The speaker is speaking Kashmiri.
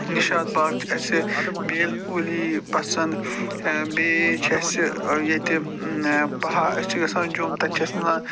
نِشاط باغ چھِ اَسہِ بیل پوٗلی پَسنٛد بیٚیہِ چھِ اَسہِ ییٚتہِ پہہ أسۍ چھِ گژھان جوٚم تَتہِ چھِ اَسہِ میلان